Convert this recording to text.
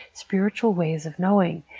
spiritual ways of knowing.